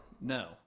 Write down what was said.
no